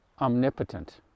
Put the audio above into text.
omnipotent